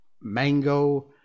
mango